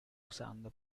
usando